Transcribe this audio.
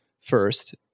First